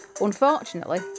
Unfortunately